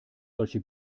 solche